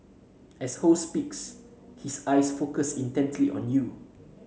as Ho speaks his eyes focus intently on you